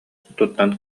туттан